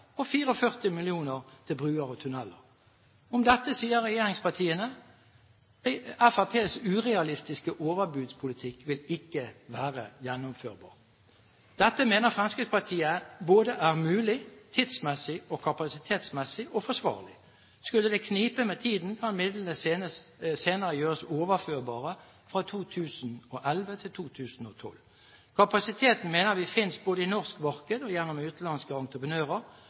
til broer og tunneler Om dette sier regjeringspartiene: Fremskrittspartiets urealistiske overbudspolitikk vil ikke være gjennomførbar. Dette mener Fremskrittspartiet er mulig både tidsmessig og kapasitetsmessig, og forsvarlig. Skulle det knipe med tiden, kan midlene senere gjøres overførbare fra 2011 til 2012. Kapasiteten mener vi finnes både i norsk marked og gjennom utenlandske entreprenører.